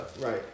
Right